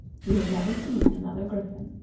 he had never seen another griffin.